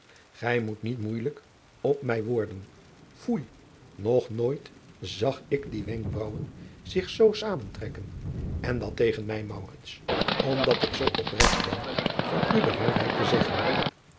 ij moet niet moeijelijk op mij worden oei nog nooit zag ik die wenkbraauwen zich zoo zamentrekken en dat tegen mij omdat ik zoo opregt ben van u de waarheid te zeggen